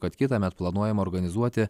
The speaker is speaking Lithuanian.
kad kitąmet planuojama organizuoti